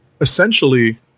Essentially